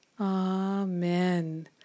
Amen